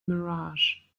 mirage